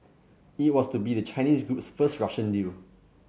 it was to be the Chinese group's first Russian deal